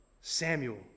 Samuel